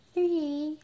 Three